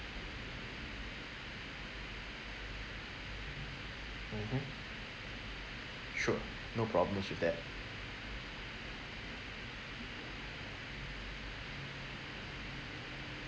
mmhmm sure no problems with that